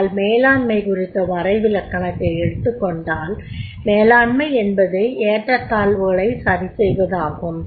ஆனால் மேலாண்மை குறித்த வறைவிலக்கணத்தை எடுத்துகொண்டால் மேலாண்மை என்பது ஏற்றத்தாழ்வுகளை சரிசெய்வதாகும்